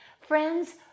friends